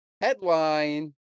headline